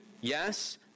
yes